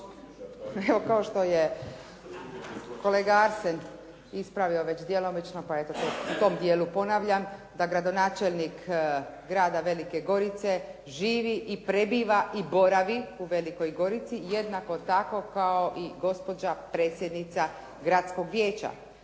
Evo kao što je kolega Arsen ispravio već djelomično pa eto u tom dijelu ponavljam da gradonačelnik grada Velike Gorice živi i prebiva i boravi u Velikoj Gorici jednako tako kao i gospođa predsjednica gradskog vijeća.